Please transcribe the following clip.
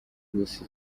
this